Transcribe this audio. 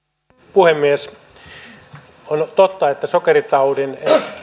puhemies on totta että sokeritaudin